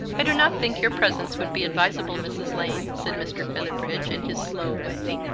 i do not think your presence would be advisable, mrs. lane, said mr. featherbridge, in his slow way.